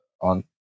on